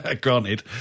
granted